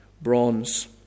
bronze